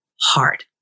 hard